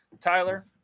Tyler